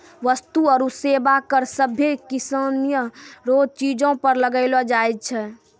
वस्तु आरू सेवा कर सभ्भे किसीम रो चीजो पर लगैलो जाय छै